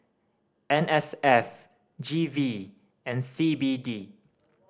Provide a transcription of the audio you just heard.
N S F G V and C B D